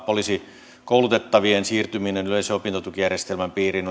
poliisikoulutettavien siirtyminen yleisen opintotukijärjestelmän piiriin